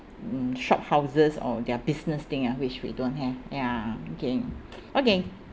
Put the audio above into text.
mm shophouses or their business thing ah which we don't have ya okay okay